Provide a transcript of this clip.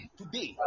today